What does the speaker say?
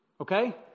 okay